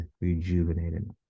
rejuvenated